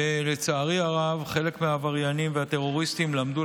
ולצערי הרב חלק מהעבריינים והטרוריסטים למדו